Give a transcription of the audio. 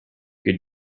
good